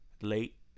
late